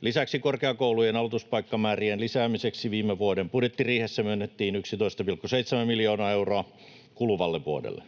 Lisäksi korkeakoulujen aloituspaikkamäärien lisäämiseksi viime vuoden budjettiriihessä myönnettiin 11,7 miljoonaa euroa kuluvalle vuodelle.